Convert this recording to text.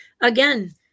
Again